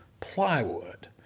plywood